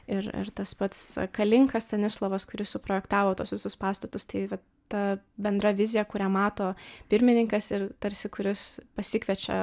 ir ir tas pats kalinka stanislovas kuris suprojektavo tuos visus pastatus vat ta bendra vizija kurią mato pirmininkas ir tarsi kuris pasikviečia